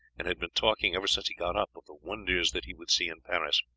and had been talking, ever since he got up, of the wonders that he should see in paris.